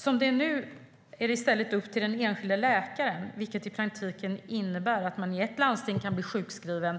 Som det är nu är det i stället upp till den enskilda läkaren, vilket i praktiken innebär att man i ett landsting kan bli sjukskriven